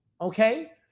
Okay